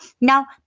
Now